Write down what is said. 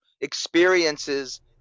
experiences